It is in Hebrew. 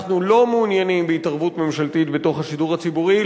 אנחנו לא מעוניינים בהתערבות ממשלתית בתוך השידור הציבורי,